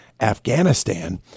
Afghanistan